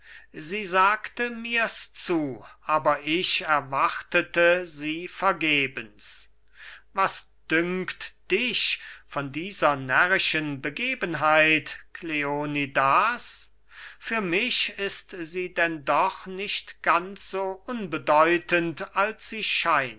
sie sagte mirs zu aber ich erwartete sie vergebens was dünkt dich von dieser närrischen begebenheit kleonidas für mich ist sie denn doch nicht ganz so unbedeutend als sie